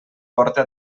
porte